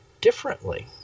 differently